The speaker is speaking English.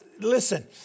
Listen